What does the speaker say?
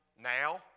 Now